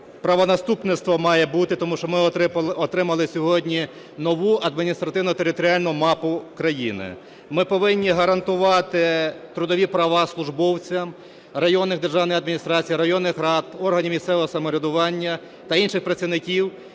правонаступництво має бути, тому що ми отримали сьогодні нову адміністративно-територіальну мапу країни. Ми повинні гарантувати трудові права службовцям районних державних адміністрацій, районних рад, органів місцевого самоврядування та інших працівників